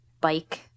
bike